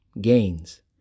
gains